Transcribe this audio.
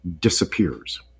disappears